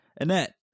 Annette